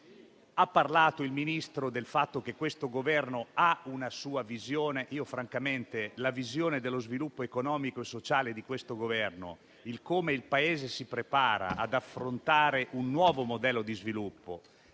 ha parlato del fatto che questo Governo ha una sua visione, ma francamente la visione dello sviluppo economico e sociale di questo Governo, su come il Paese si prepara ad affrontare un nuovo modello di sviluppo,